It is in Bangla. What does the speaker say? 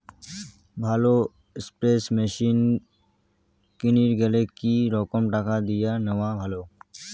ভালো স্প্রে মেশিন কিনির গেলে কি রকম টাকা দিয়া নেওয়া ভালো?